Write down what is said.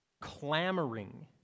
clamoring